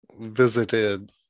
visited